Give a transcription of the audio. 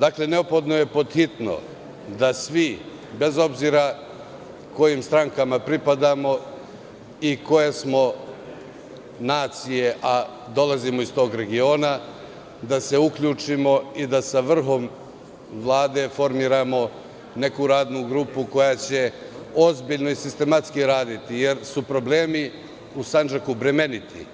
Dakle, neophodno je pothitno da se svi, bez obzira kojim strankama pripadamo i koje smo nacije, a dolazimo iz tog regiona, uključimo i da sa vrhom Vlade formiramo neku radnu grupu, koja će ozbiljno i sistematski raditi, jer su problemi u Sandžaku bremeniti,